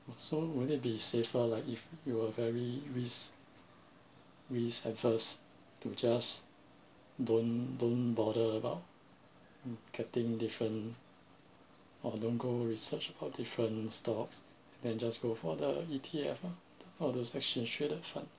!wah! so would it be safer if you were very risk risk averse to just don't don't bother about getting different or don't go research all different stocks then just go for the E_T_F ah or those exchange traded fund